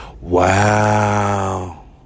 Wow